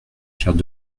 pierre